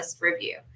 review